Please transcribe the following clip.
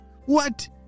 What